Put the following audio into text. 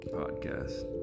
podcast